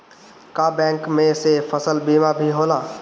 का बैंक में से फसल बीमा भी होला?